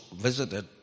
visited